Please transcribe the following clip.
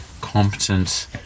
competent